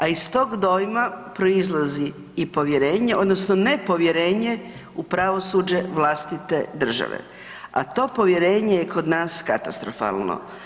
A iz tog dojma proizlazi i povjerenje odnosno nepovjerenje u pravosuđe vlastite države, a to povjerenje kod nas je katastrofalno.